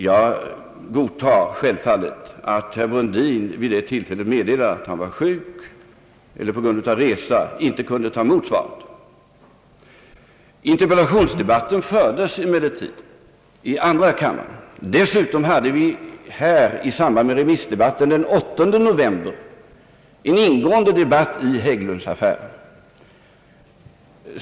Jag godtog självfallet att herr Brundin vid detta tillfälle meddelade att han var sjuk och inte kunde ta emot svaret. Interpellationsdebatten i fråga fördes emellertid i andra kammaren. Dessutom hade vi i denna kammare i samband med remissdebatten den 8 november en ingående debatt om Hägglundaffären.